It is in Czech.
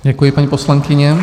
Děkuji, paní poslankyně.